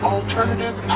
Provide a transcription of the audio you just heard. Alternative